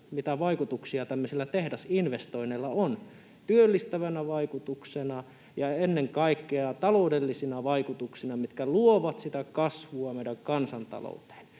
mitä vaikutuksia tämmöisillä tehdasinvestoinneilla on työllistävinä vaikutuksina ja ennen kaikkea taloudellisina vaikutuksina, mitkä luovat sitä kasvua meidän kansantalouteen,